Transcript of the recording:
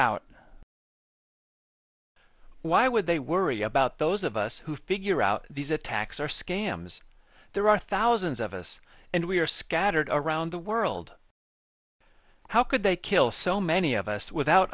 out why would they worry about those of us who figure out these attacks are scams there are thousands of us and we are scattered around the world how could they kill so many of us without